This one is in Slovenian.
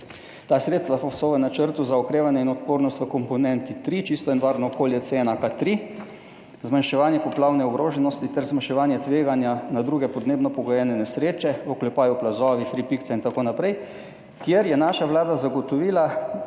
Ta sredstva so v Načrtu za okrevanje in odpornost v Komponenti 3, Čisto in varno okolje (C1 K3), Zmanjševanje poplavne ogroženosti ter zmanjševanje tveganja na druge podnebno pogojene nesreče (plazovi …), kjer je naša vlada zagotovila